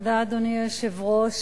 אדוני היושב-ראש,